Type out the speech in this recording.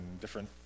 different